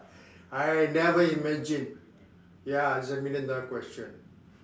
I never imagine ya is a million dollar question